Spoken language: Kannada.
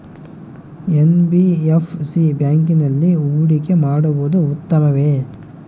ಎನ್.ಬಿ.ಎಫ್.ಸಿ ಬ್ಯಾಂಕಿನಲ್ಲಿ ಹೂಡಿಕೆ ಮಾಡುವುದು ಉತ್ತಮವೆ?